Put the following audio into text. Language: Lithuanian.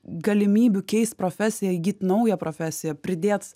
galimybių keist profesiją įgyt naują profesiją pridėt